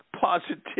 positivity